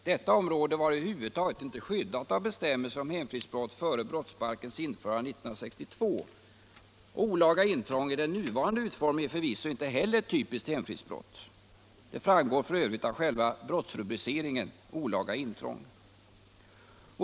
Detta område var över huvud taget inte skyddat av bestämmelser om hemfridsbrott före brottsbalkens införande 1962. Olaga intrång i den nuvarande utformningen är förvisso inte heller ett ”typiskt hemfridsbrott”. Detta framgår f. ö. av själva brottsrubriceringen: olaga intrång.